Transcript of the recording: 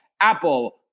Apple